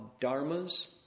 dharmas